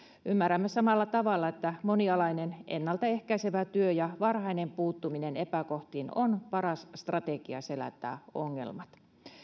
ymmärrämme samalla tavalla että monialainen ennalta ehkäisevä työ ja varhainen puuttuminen epäkohtiin ovat paras strategia selättää ongelmat